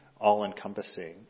all-encompassing